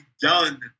done